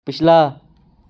ਪਿਛਲਾ